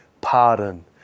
pardon